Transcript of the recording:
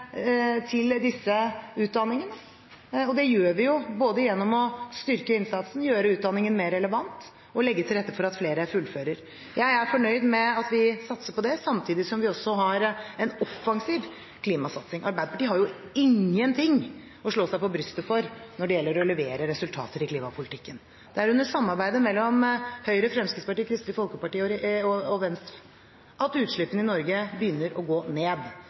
disse utdanningene. Det gjør vi både gjennom å styrke innsatsen, gjøre utdanningen mer relevant og legge til rette for at flere fullfører. Jeg er fornøyd med at vi satser på det, samtidig som vi har en offensiv klimasatsing. Arbeiderpartiet har jo ingenting å slå seg på brystet for når det gjelder å levere resultater i klimapolitikken. Det er under samarbeidet mellom Høyre, Fremskrittspartiet, Kristelig Folkeparti og Venstre at utslippene i Norge begynner å gå ned.